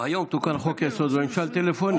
היום תוקן חוק-יסוד במשאל טלפוני.